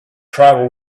tribal